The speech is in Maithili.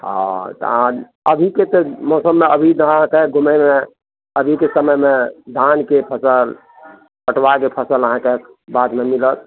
हँ तऽ अहाँ अभीके तऽ मौसममे अभी तऽ अहाँके घुमयमे अभीके समयमे धानके फसल पटुआके फसल अहाँके बादमे मिलत